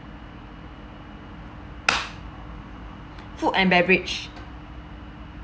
food and beverage